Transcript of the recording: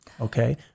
Okay